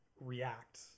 react